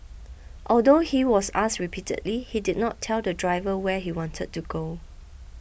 although he was asked repeatedly he did not tell the driver where he wanted to go